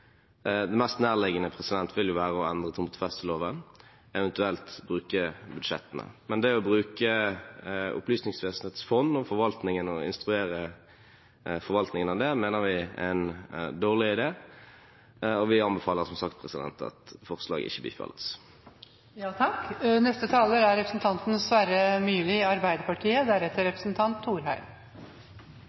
Det mest nærliggende vil være å endre tomtefesteloven, eventuelt bruke budsjettene. Men det å bruke Opplysningsvesenets fond og instruere forvaltningen av det, mener vi er en dårlig idé, og vi anbefaler, som sagt, at forslaget ikke bifalles. Også grunnlovsendringer er politiske spørsmål – særlig grunnlovsendringer er